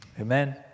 Amen